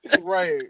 Right